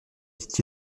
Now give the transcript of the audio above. dit